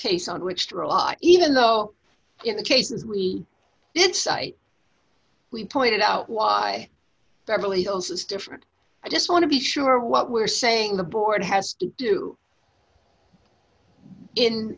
case on which to rely even though in the cases we did cite we pointed out why beverly hills is different i just want to be sure what we're saying the board has to do in